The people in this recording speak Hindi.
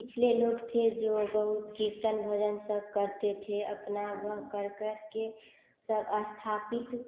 पिछले लोग थे जो बहुत कीर्तन भजन सब करते थे अपना वह कर करके सब अस्थापित